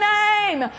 name